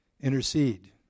Intercede